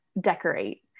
decorate